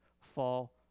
fall